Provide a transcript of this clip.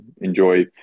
enjoy